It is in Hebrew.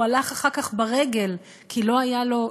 הוא הלך אחר כך ברגל הביתה כי לא נשאר